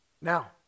Now